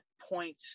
point